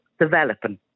developing